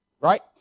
Right